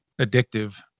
addictive